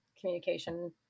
communication